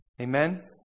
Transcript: Amen